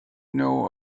know